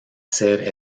ser